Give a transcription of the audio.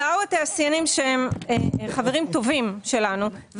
באו התעשיינים שהם חברים טובים שלנו,